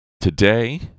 Today